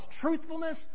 truthfulness